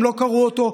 הם לא קראו אותו,